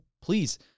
Please